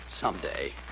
someday